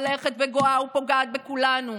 הולכת וגואה ופוגעת בכולנו,